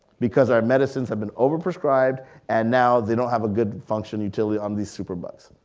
because our medicines have been over prescribed and now they don't have a good function utility on these superbugs.